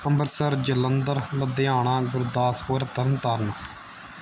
Ambarsar Jalandhar Ludhiana Gurdaspur Tarn Taran